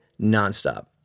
nonstop